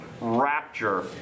Rapture